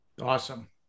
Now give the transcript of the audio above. Awesome